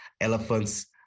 Elephants